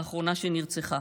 האחרונה שנרצחה